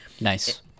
nice